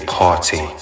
party